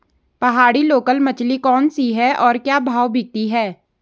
पहाड़ी लोकल मछली कौन सी है और क्या भाव बिकती है?